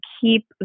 keep